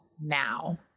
now